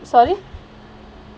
sorry